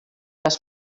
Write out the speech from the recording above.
les